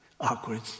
Awkward